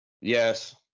Yes